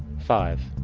five.